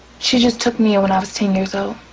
she just took me in when i was ten years old.